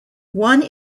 one